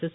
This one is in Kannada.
ಎಸ್